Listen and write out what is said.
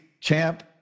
champ